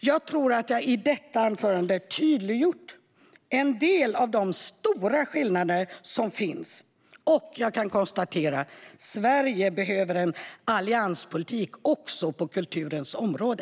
Jag tror att jag i detta anförande har tydliggjort en del av de stora skillnader som finns, och jag kan konstatera: Sverige behöver en allianspolitik också på kulturens område.